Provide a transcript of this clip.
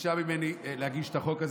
וביקשה ממני להגיש את החוק,